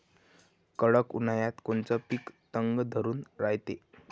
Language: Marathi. कडक उन्हाळ्यात कोनचं पिकं तग धरून रायते?